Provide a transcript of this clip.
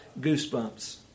goosebumps